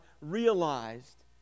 realized